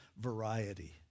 variety